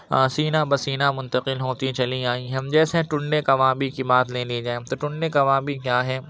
سینہ بہ سینہ منتقل ہوتی چلی آئی ہیں جیسے ٹنڈے کبابی کی بات لے لی جائے تو ٹنڈے کبابی کیا ہے